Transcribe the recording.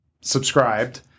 subscribed